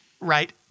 Right